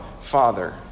Father